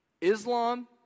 Islam